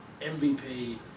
MVP